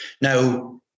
Now